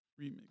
Remix